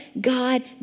God